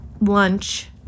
lunch